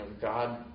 God